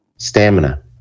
Stamina